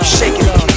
shaking